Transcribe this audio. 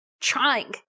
trying